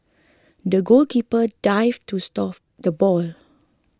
the goalkeeper dived to stop the ball